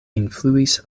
influis